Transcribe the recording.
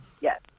yes